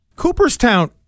Cooperstown